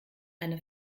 eine